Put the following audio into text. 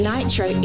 Nitro